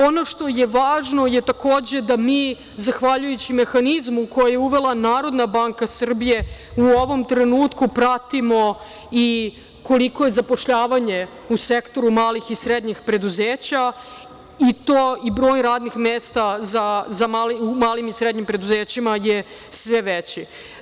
Ono što je važno je takođe da mi zahvaljujući mehanizmu koji je uveli NBS u ovom trenutku pratimo i koliko je zapošljavanje u sektoru mali i srednjih preduzeća i to i broj radnih mesta u malim i srednjim preduzećima je sve veći.